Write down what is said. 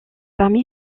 parmi